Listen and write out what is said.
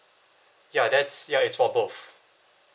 ya that's ya it's for both